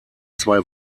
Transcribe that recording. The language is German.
zwei